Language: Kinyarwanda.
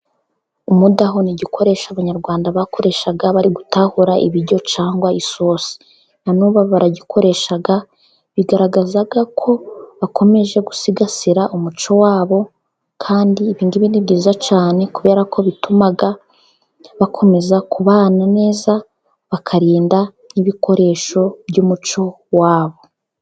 Umudaho ni igikoresho abanyarwanda bakoreshaga bari gutahura ibiryo cyangwa isosi na n'ubu baragikoresha, bigaragaza ko bakomeje gusigasira umuco wabo. Kandi ibi ngibi ni byiza cyane kubera ko bituma bakomeza kubana neza, bakarinda ibikoresho by'umuco wabo.